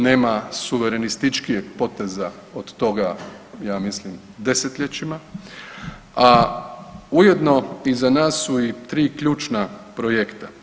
Nema suverenističkijeg poteza od toga ja mislim desetljećima, a ujedno iza nas su i tri ključna projekta.